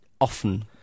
often